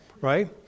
right